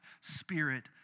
Spirit